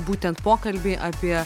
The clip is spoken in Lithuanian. būtent pokalbį apie